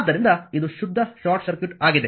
ಆದ್ದರಿಂದ ಇದು ಶುದ್ಧ ಶಾರ್ಟ್ ಸರ್ಕ್ಯೂಟ್ ಆಗಿದೆ